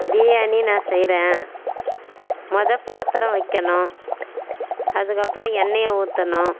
பிரியாணி நான் செய்கிறேன் மொதல பாத்திரம் வைக்கணும் அதுக்கு அப்பறம் எண்ணெய் ஊற்றணும்